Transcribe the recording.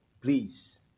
please